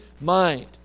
mind